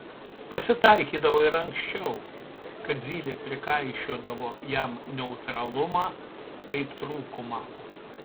pasitaikydavo ir anksčiau kad zylė prikaišiodavo jam neutralumą kaip trūkumą